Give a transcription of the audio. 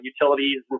utilities